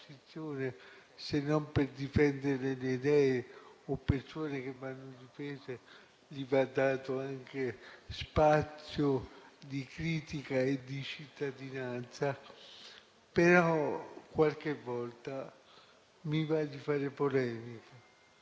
se non per difendere le idee o le persone che vanno difese, e va dato anche spazio di critica e di cittadinanza. Qualche volta, però, mi va di fare polemica,